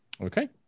Okay